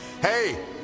Hey